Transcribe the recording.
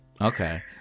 Okay